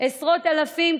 עשרות אלפים,